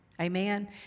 Amen